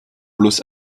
bloß